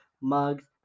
mugs